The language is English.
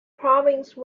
province